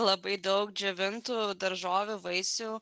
labai daug džiovintų daržovių vaisių